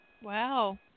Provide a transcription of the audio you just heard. Wow